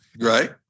Right